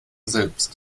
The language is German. selbst